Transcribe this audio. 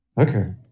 Okay